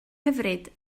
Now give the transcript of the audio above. hyfryd